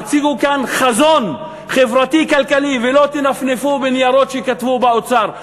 תציגו כאן חזון חברתי-כלכלי ואל תנפנפו בניירות שכתבו באוצר.